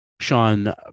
Sean